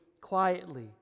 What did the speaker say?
quietly